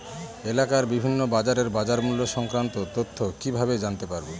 এলাকার বিভিন্ন বাজারের বাজারমূল্য সংক্রান্ত তথ্য কিভাবে জানতে পারব?